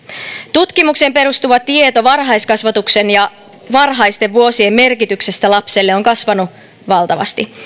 tutkimukseen perustuva tieto varhaiskasvatuksen ja varhaisten vuosien merkityksestä lapselle on kasvanut valtavasti